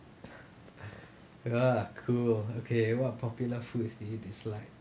cool okay what popular foods do you dislike